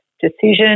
decision